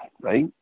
right